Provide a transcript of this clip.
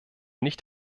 nicht